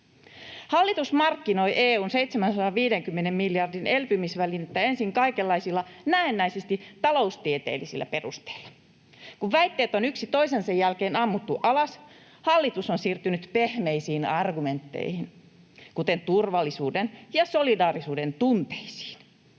Hallitus markkinoi EU:n 750 miljardin elpymisvälinettä ensin kaikenlaisilla näennäisesti taloustieteellisillä perusteilla. Kun väitteet on yksi toisensa jälkeen ammuttu alas, hallitus on siirtynyt pehmeisiin argumentteihin, kuten turvallisuuden ja solidaarisuuden tunteisiin.